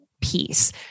piece